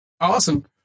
awesome